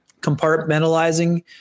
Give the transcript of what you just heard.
compartmentalizing